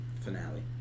finale